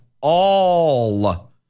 all-